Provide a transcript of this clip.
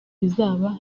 bizaba